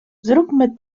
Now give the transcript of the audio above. zróbmy